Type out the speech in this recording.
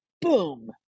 boom